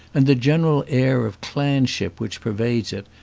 and the general air of clanship which pervades it,